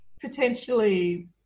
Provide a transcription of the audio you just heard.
potentially